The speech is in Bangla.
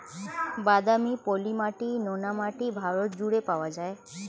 বাদামি, পলি মাটি, নোনা মাটি ভারত জুড়ে পাওয়া যায়